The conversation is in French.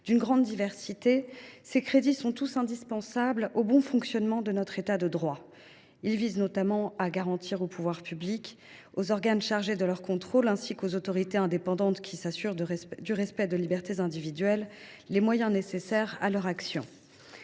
D’une grande diversité, ces crédits sont tous indispensables au bon fonctionnement de notre État de droit. Ils visent notamment à garantir aux pouvoirs publics, aux organes chargés de leur contrôle, ainsi qu’aux autorités administratives indépendantes qui s’assurent du respect des libertés individuelles, les moyens nécessaires à leur action.